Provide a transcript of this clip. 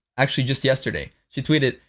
actually, just yesterday, she tweeted,